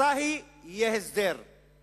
רוצה היא, יהיה שלום,